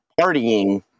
partying